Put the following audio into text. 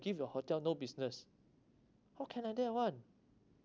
give your hotel no business how can like that [one]